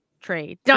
trade